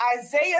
Isaiah